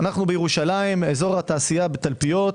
אנחנו בירושלים, אזור התעשייה בתלפיות,